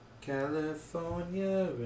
California